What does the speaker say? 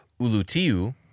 Ulutiu